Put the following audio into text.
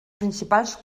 principals